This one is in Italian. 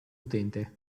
utente